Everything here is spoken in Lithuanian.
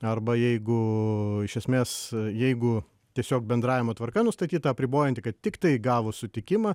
arba jeigu iš esmės jeigu tiesiog bendravimo tvarka nustatyta apribojant kad tiktai gavus sutikimą